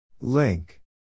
Link